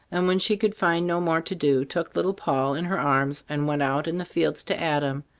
and when she could find no more to do, took little poll in her arms and went out in the fields to adam,